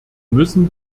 müssen